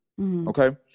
Okay